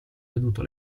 veduto